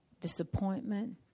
disappointment